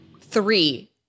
three